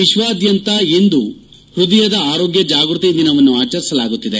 ವಿಶ್ವಾದ್ಯಂತ ಇಂದು ಹೃದಯದ ಆರೋಗ್ಕ ಜಾಗೃತಿ ದಿನವನ್ನು ಆಚರಿಸಲಾಗುತ್ತಿದೆ